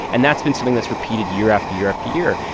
and that's been something that's repeated year after year after year.